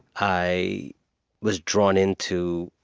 i was drawn into,